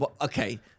Okay